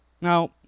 Now